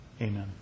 Amen